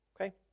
okay